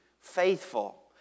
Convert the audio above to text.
faithful